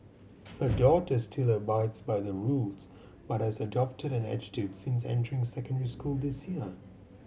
her daughter still abides by the rules but has adopted an attitude since entering secondary school this year